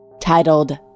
titled